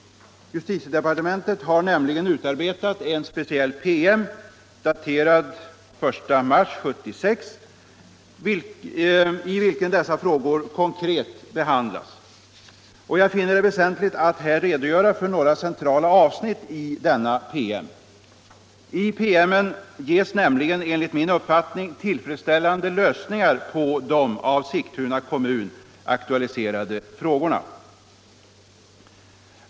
Justitiedepartementet har nämligen utarbetat en speciell PM, daterad den 1 mars 1976, i vilken dessa frågor konkret behandlas. Jag finner det väsentligt att här redogöra för några centrala avsnitt av denna PM. I promemorian ges nämligen enligt min uppfattning tillfredsställande lösningar på de av Sigtuna kommun aktualiserade frågorna.